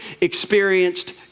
experienced